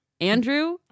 Andrew